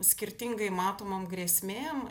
skirtingai matomom grėsmėm